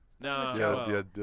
No